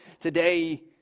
today